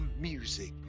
music